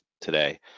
today